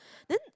then